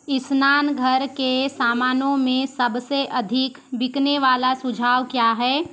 स्नानघर के सामानों में सबसे अधिक बिकने वाला सुझाव क्या है